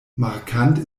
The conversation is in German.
markant